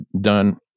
done